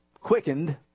quickened